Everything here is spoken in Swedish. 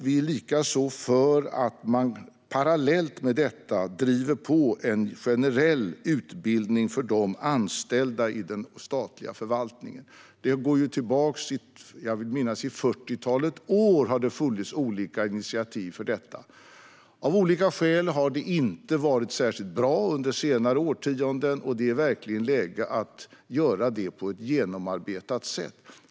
Vi är likaså för att man parallellt med detta driver på för en generell utbildning för de anställda i den statliga förvaltningen. I fyrtiotalet år har det funnits olika initiativ för detta, vad jag minns. Av olika orsaker har det inte varit särskilt bra under senare årtionden, och det är verkligen läge att göra det här på ett genomarbetat sätt.